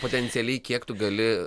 potencialiai kiek tu gali